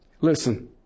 Listen